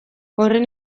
horren